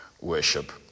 worship